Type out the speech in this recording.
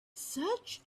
such